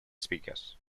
speakers